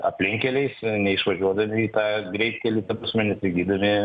aplinkkeliais neišvažiuodavę į tą greitkelį ta prasme nesigydami